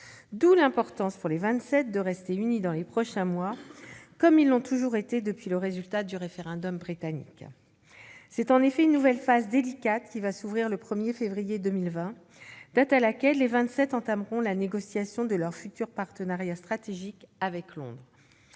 Il importe donc que les vingt-sept restent unis dans les prochains mois, comme ils l'ont toujours été depuis le résultat du référendum britannique. C'est en effet une nouvelle phase délicate qui va s'ouvrir le 1 février 2020, date à laquelle les Vingt-Sept entameront la négociation de leur futur partenariat stratégique avec Londres.